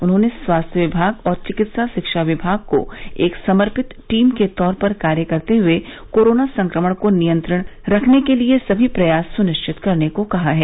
उन्होंने स्वास्थ विभाग और चिकित्सा शिक्षा विभाग को एक समर्पित टीम के तौर पर कार्य करते हुए कोरोना संक्रमण को नियंत्रित रखने के सभी प्रयास सुनिश्चित करने को कहा है